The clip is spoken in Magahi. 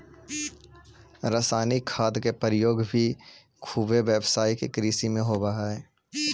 रसायनिक खाद के प्रयोग भी खुबे व्यावसायिक कृषि में होवऽ हई